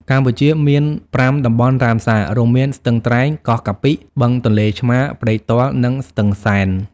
កម្ពុជាមាន ៥ តំបន់រ៉ាមសារ រួមមាន ស្ទឹងត្រែង កោះកាពិ បឹងទន្លេឆ្មារ ព្រែកទាល់ និងស្ទឹងសែន។